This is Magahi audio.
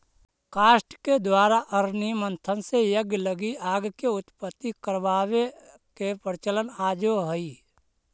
काष्ठ के द्वारा अरणि मन्थन से यज्ञ लगी आग के उत्पत्ति करवावे के प्रचलन आजो हई